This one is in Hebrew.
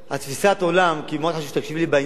חשוב שתקשיבי לי בעניין הזה,